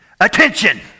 attention